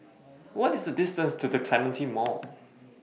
What IS The distance to The Clementi Mall